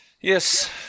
Yes